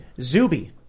Zuby